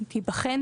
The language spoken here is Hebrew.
היא תיבחן